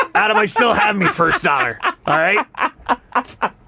adam, i still have me first dollar. i